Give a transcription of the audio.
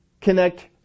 connect